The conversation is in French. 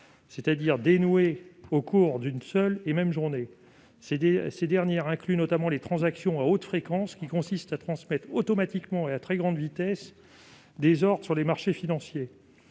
c'est-à-dire dénouées au cours d'une seule et même journée. Elles incluent notamment les transactions à haute fréquence, qui consistent à transmettre automatiquement et à très grande vitesse des ordres sur les marchés financiers.